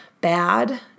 bad